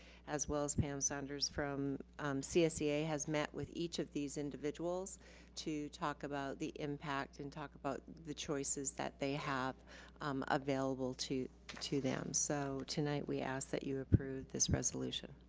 as well as pam saunders from csea, has met with each of these individuals to talk about the impact and talk about the choices that they have available to to them. so tonight we ask that you approve this resolution.